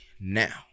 Now